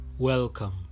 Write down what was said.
Welcome